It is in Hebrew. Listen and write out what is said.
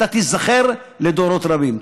אתה תיזכר לדורות רבים.